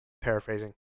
paraphrasing